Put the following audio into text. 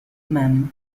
man